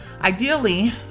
ideally